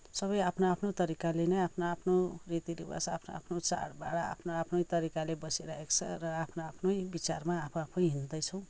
सबै आफ्नो आफ्नो तरिकाले नै आफ्नो आफ्नो रीति रिवाज आफ्नो आफ्नो चाडबाड आफ्नो आफ्नै तरिकाले बसिरहेको छ र आफ्नो आफ्नै विचारमा आफै आफै हिँड्दैछौँ